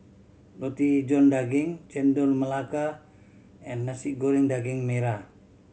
Roti John Daging Chendol Melaka and Nasi Goreng Daging Merah